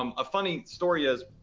um a funny story is,